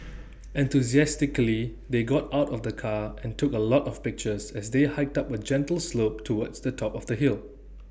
enthusiastically they got out of the car and took A lot of pictures as they hiked up A gentle slope towards the top of the hill